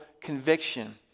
conviction